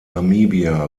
namibia